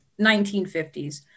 1950s